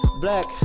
black